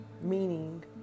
meaning